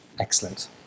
Excellent